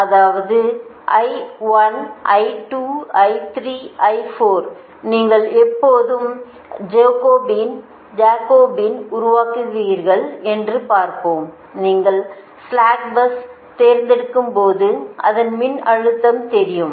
அதாவது நீங்கள் எப்போது ஜாகோபியனை உருவாக்குவீர்கள் என்று பார்ப்போம் நீங்கள் ஸ்லாக் பஸ் தேர்ந்தெடுக்கும்போது அதன் மின்னழுத்தம் தெரியும்